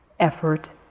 effort